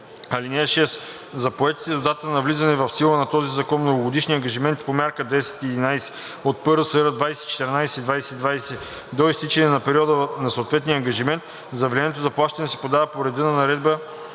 (6) За поети до датата на влизането в сила на този закон многогодишни ангажименти но мярка 10 и 11 от ПРСР 2014 –2020 г. до изтичане на периода на съответния ангажимент заявлението за плащане се подава по реда на наредбата